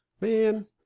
man